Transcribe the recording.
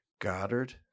Goddard